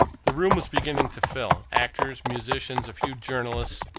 the room was beginning to fill actors, musicians, a few journalists,